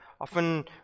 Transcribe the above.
often